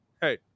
hey